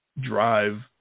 drive